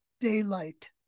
daylight